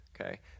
okay